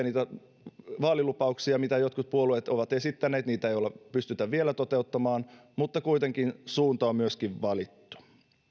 niitä vaalilupauksia mitä jotkut puolueet ovat esittäneet ei pystytä vielä toteuttamaan mutta kuitenkin suunta on myöskin valittu